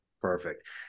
Perfect